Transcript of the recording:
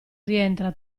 rientra